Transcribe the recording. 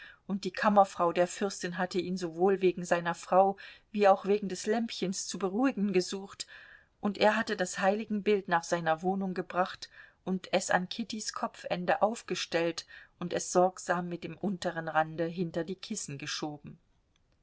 und die kammerfrau der fürstin hatte ihn sowohl wegen seiner frau wie auch wegen des lämpchens zu beruhigen gesucht und er hatte das heiligenbild nach seiner wohnung gebracht und es an kittys kopfende aufgestellt und es sorgsam mit dem unteren rande hinter die kissen geschoben